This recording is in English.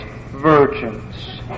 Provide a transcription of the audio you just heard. virgins